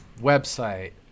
website